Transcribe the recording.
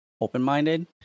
open-minded